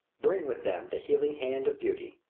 bring with them the healing hand of beauty.